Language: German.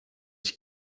ich